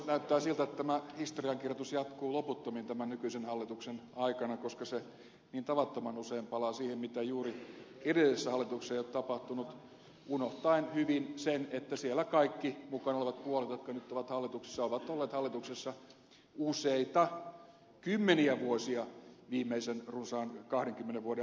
näyttää siltä että tämä historiankirjoitus jatkuu loputtomiin tämän nykyisen hallituksen aikana koska se niin tavattoman usein palaa siihen mitä juuri edellisessä hallituksessa ei ole tapahtunut unohtaen hyvin sen että siellä kaikki mukana olevat puolueet jotka nyt ovat hallituksessa ovat olleet hallituksessa useita kymmeniä vuosia viimeisen runsaan kahdenkymmenen vuoden ajanjaksolla